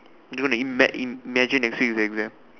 do you wanna ima~ imagine and see if they do well